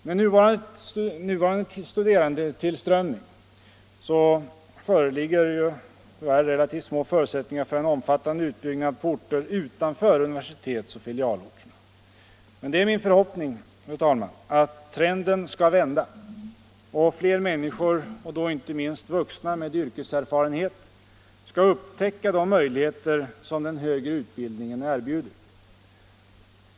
Med nuvarande studerandetillströmning föreligger tyvärr relativt små förutsättningar för en omfattande utbyggnad på orter utanför universitetsoch filialorterna. Men det är min förhoppning, fru talman, att trenden skall vända och fler människor, och då inte minst vuxna med yrkeserfarenhet, skall upptäcka de möjligheter som den högre utbildningen erbjuder.